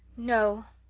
no.